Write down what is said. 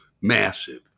Massive